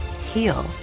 Heal